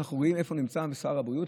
אנחנו יודעים איפה נמצא שר הבריאות?